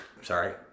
sorry